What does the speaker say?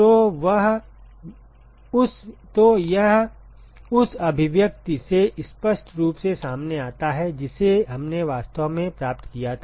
तो यह उस अभिव्यक्ति से स्पष्ट रूप से सामने आता है जिसे हमने वास्तव में प्राप्त किया था